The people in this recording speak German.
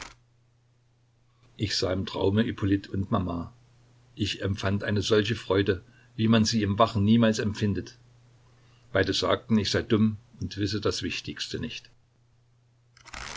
ich sah im traume ippolit und mama ich empfand eine solche freude wie man sie im wachen niemals empfindet beide sagten ich sei dumm und wisse das wichtigste nicht